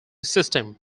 system